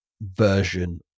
version